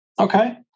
Okay